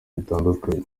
bitandukanye